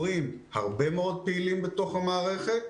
הרבה מאוד מורים פעילים בתוך המערכת,